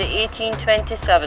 1827